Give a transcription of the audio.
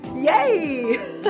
Yay